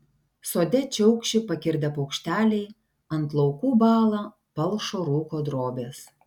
sode čiaukši pakirdę paukšteliai ant laukų bąla palšo rūko drobės